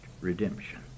redemption